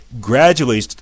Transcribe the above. gradually